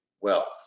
wealth